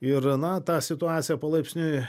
ir na tą situaciją palaipsniui